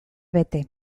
bete